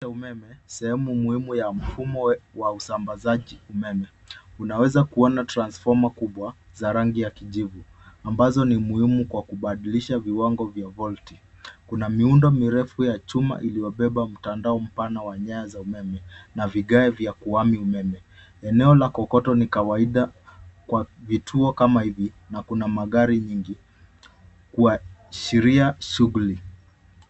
Huu ni umeme. Umeme sehemu muhimu ya mfumo wa usambazaji umeme. Unaweza kuona transfoma kubwa, za rangi ya kijivu, ambazo ni muhimu kwa kubadilisha viwango vya volti. Kuna miundo mirefu ya chuma iliyobeba mtandao mpana wa nyaya za umeme, na vigae vya kuami umeme. Eneo la kokoto ni kawaida kwa vituo kama hivi, na kuna magari nyingi kuashiria shughuli.